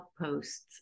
posts